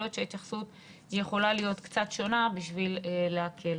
להיות שההתייחסות יכולה להיות קצת שונה בשביל להקל.